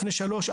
לפני שלוש,